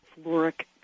floric